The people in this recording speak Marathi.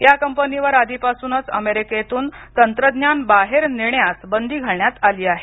या कंपनीवर आधीपासूनच अमेरिकेतून तंत्रज्ञान बाहेर नेण्यास बंदी घालण्यात आली आहे